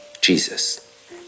Jesus